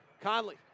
Conley